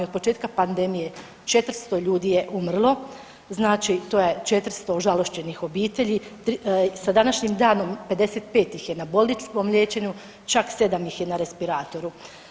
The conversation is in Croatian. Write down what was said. Od početka pandemije 400 ljudi je umrlo, znači to je 400 ožalošćenih obitelji sa današnjim danom 55 ih je na bolničkom liječenju čak 7 ih je na respiratoru.